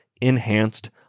enhanced